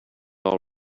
all